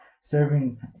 serving